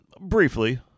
briefly